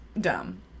dumb